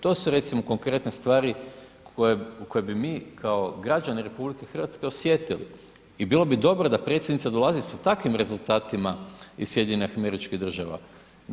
To su recimo konkretne stvari u koje bi mi kao građani RH osjetili i bilo bi dobro da predsjednica dolazi sa takvim rezultatima iz SAD-a.